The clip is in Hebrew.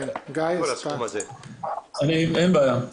אין בעיה.